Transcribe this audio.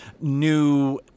new